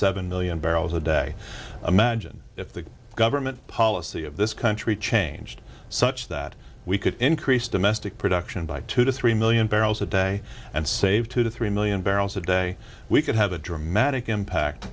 seven million barrels a day imagine if the government policy of this country changed such that we could increase domestic production by two to three million barrels a day and save two to three million barrels a day we could have a dramatic impact